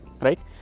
right